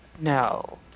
No